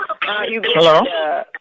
Hello